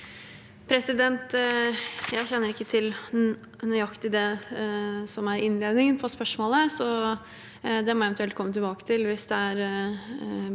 Jeg kjenner ikke til nøyaktig det som er innledningen på spørsmålet, så det må jeg eventuelt komme tilbake til hvis det er behov